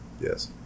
Yes